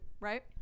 right